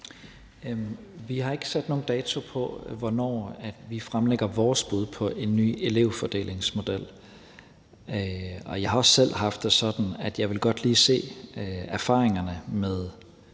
Vi har ikke sat nogen dato på, hvornår vi fremlægger vores bud på en ny elevfordelingsmodel. Jeg har også selv haft det sådan, at jeg godt lige ville se erfaringerne med